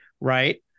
Right